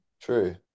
True